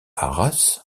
arras